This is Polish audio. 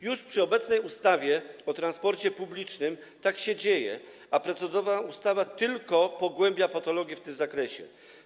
Już przy obecnej ustawie o transporcie publicznym tak się dzieje, a procedowana ustawa tylko pogłębia patologię w tym zakresie.